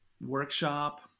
workshop